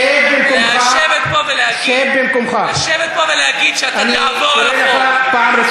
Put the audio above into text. אם תמשיך ככה, אני איאלץ להוציא אותך מהאולם.